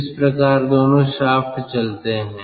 इस प्रकार दोनों शाफ्ट चलते है